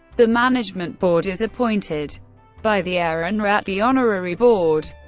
the management board is appointed by the ehrenrat, the honorary board.